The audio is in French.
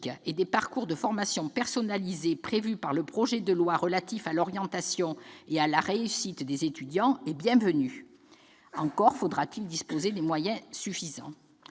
et de parcours de formation personnalisés prévus par le projet de loi relatif à l'orientation et à la réussite des étudiants sont bienvenus. Encore faudra-t-il disposer des moyens suffisants.